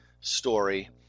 story